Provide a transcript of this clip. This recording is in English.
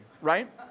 right